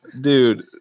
dude